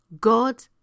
God